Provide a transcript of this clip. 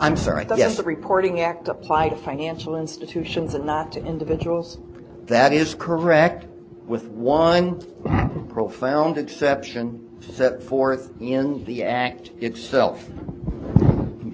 i'm sorry yes the reporting act applied to financial institutions and not to individuals that is correct with one profound exception set forth in the act itself